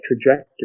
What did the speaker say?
trajectory